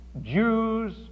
Jews